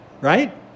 Right